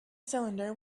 cylinder